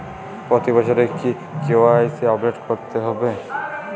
প্রতি বছরই কি কে.ওয়াই.সি আপডেট করতে হবে?